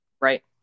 right